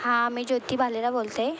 हां मी ज्योति भालेरा बोलते आहे